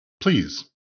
Please